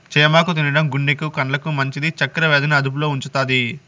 చామాకు తినడం గుండెకు, కండ్లకు మంచిది, చక్కర వ్యాధి ని అదుపులో ఉంచుతాది